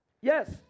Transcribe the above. yes